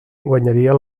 guanyaria